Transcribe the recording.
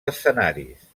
escenaris